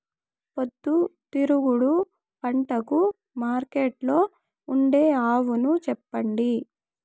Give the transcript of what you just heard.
పొద్దుతిరుగుడు పంటకు మార్కెట్లో ఉండే అవును చెప్పండి?